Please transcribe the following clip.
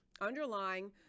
underlying